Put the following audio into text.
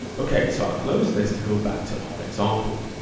okay, so i'll close this to go back to our example.